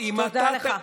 מלכיאלי,